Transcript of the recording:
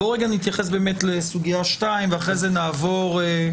בואו נתייחס לסוגיה 2 ואחר כך נעבור הלאה.